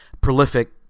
prolific